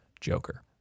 Joker